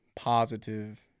Positive